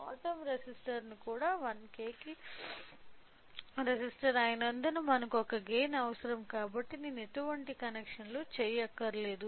bottom resistor కూడా 1 K resistor అయినందున మనకు ఒక గైన్ అవసరం కాబట్టి నేను ఎటువంటి కనెక్షన్లు చేయనవసరం లేదు